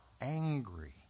angry